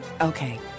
okay